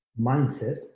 mindset